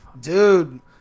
Dude